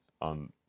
on